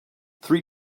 three